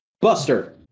Buster